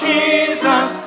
Jesus